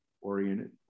oriented